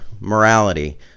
morality